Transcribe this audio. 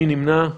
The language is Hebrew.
מי נמנע?